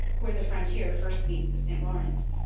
where the frontier first meets the st lawrence,